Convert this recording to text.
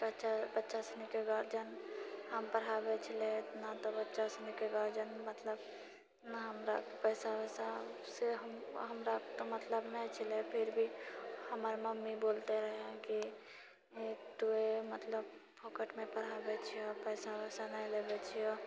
बच्चा सुनीके गार्जियन हम पहिराबै छलै तऽ बच्चा सुनीके गार्जियन मतलब नहि हमरा पैसा वैसासँ हम हमरा तऽ मतलब नहि छलै फिर भी हमर मम्मी बोलते रहै कि तू मतलब फोकटमे पढ़ाबै छही पैसा वैसा नहि लेबे छियौ